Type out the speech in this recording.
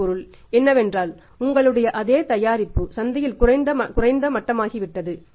இதன் பொருள் என்னவென்றால் உங்களுடைய அதே தயாரிப்பு சந்தையில் குறைந்த மட்டமாகிவிட்டது